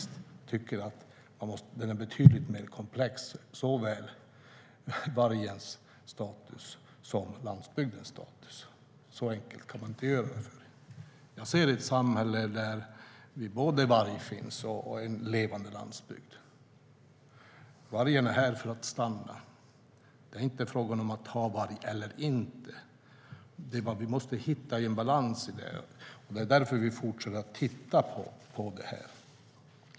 Jag tycker faktiskt att ni gör det. Såväl vargens som landsbygdens status är betydligt mer komplex. Så enkelt kan man inte göra det för sig. Jag ser ett samhälle där både varg och en levande landsbygd finns. Vargen är här för att stanna. Det är inte frågan om att ha varg eller inte. Vi måste hitta en balans, och vi fortsätter därför att titta på detta.